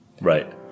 Right